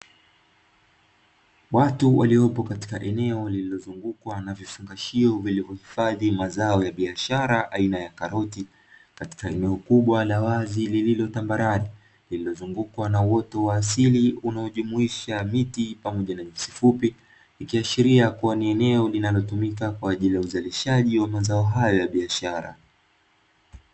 Watu waliopo katika eneo lililozungukwa na vifungashio vilivyohifadhi mazao ya biashara aina ya karoti katika eneo kubwa la wazi lililo tambarare lililozungukwa na uoto wa asili unaojumuisha miti pamoja na nyasi fupi. Ikiashiria kuwa ni eneo linalotumika kwa ajili ya uzalishaji wa mazao hayo ya biashara.